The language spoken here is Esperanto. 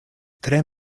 tre